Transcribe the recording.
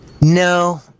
No